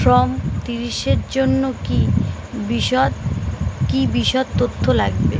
form তিরিশের জন্য কী বিশদ কী বিশদ তথ্য লাগবে